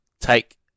take